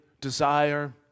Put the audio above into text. desire